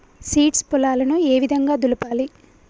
Seeds పొలాలను ఏ విధంగా దులపాలి?